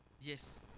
Yes